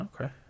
Okay